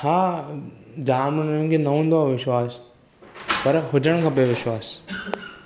हा जाम हुननि खे न हूंदो आहे विश्वास पर हुजणु खपे विश्वास